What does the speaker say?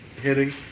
hitting